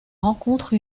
rencontre